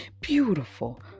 Beautiful